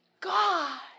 God